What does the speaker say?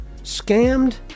scammed